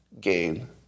gain